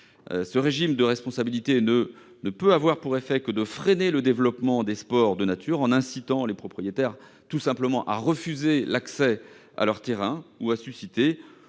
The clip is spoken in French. Ce régime de responsabilité ne peut avoir pour effet que de freiner le développement des sports de nature, en incitant les propriétaires à refuser l'accès à leurs terrains, ou à susciter,